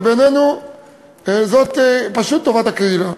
ובעינינו זה פשוט טובת הקהילה.